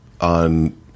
on